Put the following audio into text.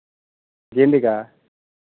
गेंदे का